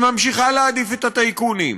שממשיכה להעדיף את הטייקונים,